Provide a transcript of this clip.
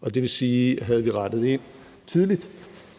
og det vil sige, at hvis vi havde rettet ind tidligt,